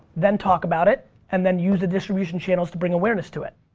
then talk about it, and then use the distribution channels to bring awareness to it.